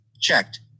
checked